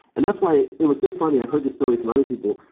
and that's why it was so funny. i heard this story from other people.